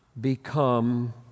become